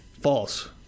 False